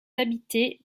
habité